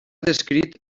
descrit